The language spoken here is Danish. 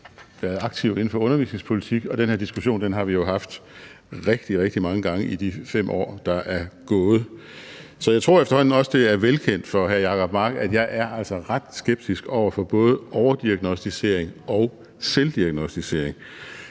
været aktive inden for undervisningspolitik. Og den her diskussion har vi jo haft rigtig, rigtig mange gange i de 5 år, der er gået, så jeg tror efterhånden også, det er velkendt for hr. Jacob Mark, at jeg altså er ret skeptisk over for både overdiagnosticering og selvdiagnosticering.